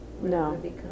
No